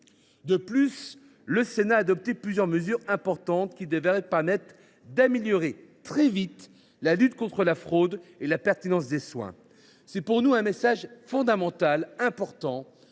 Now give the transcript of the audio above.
De plus, le Sénat a adopté plusieurs mesures importantes, qui devraient permettre d’améliorer très vite la lutte contre la fraude et la pertinence des soins. C’est pour nous un message fondamental : nous